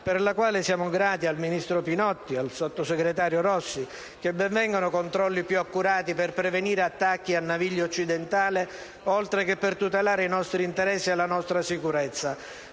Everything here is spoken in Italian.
per la quale siamo grati alla ministra Pinotti e al sottosegretario Rossi. Che ben vengano controlli più accurati per prevenire attacchi a naviglio occidentale, oltre che per tutelare i nostri interessi e la nostra sicurezza.